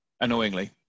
Annoyingly